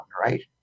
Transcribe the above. right